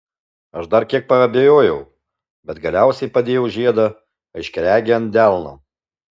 aš dar kiek paabejojau bet galiausiai padėjau žiedą aiškiaregei ant delno